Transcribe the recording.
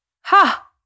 Ha